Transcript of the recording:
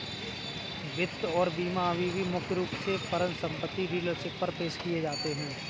वित्त और बीमा अभी भी मुख्य रूप से परिसंपत्ति डीलरशिप पर पेश किए जाते हैं